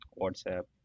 WhatsApp